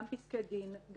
גם פסקי דין,